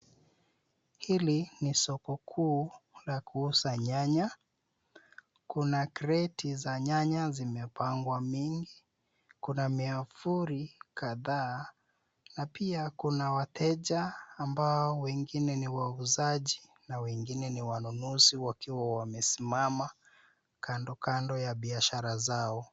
Hili ni soko kuu la kuuza nyanya. Kuna kreti za nyanya zimepangwa mingi. Kuna miavuli kadhaa na pia kuna wateja ambao wengine ni wauzaji na wengine ni wanunuzi wakiwa wamesimama kando kando ya biashara zao.